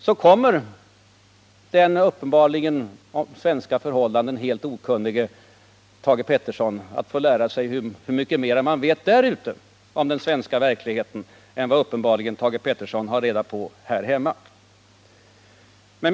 Då kommer den om svenska förhållanden uppenbarligen helt okunnige Thage Peterson att få lära sig hur mycket mera man vet där ute om den svenska verkligheten än vad Thage Peterson uppenbarligen här hemma har reda på.